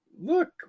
Look